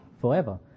forever